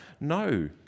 No